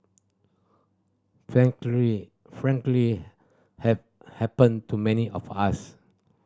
frankly frankly have happened to many of us